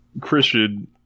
Christian